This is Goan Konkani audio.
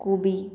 कुबी